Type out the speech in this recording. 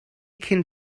cyn